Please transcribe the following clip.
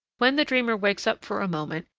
when the dreamer wakes up for a moment,